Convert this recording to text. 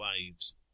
waves